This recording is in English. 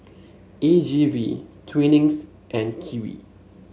A G V Twinings and Kiwi